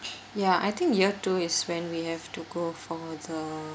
ya I think year two is when we have to go for the